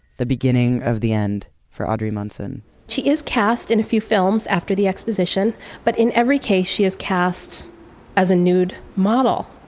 the beginning of the end for audrey munson she is cast in a few films after the exposition but in every case she was cast as a nude model.